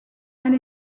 elle